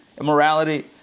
immorality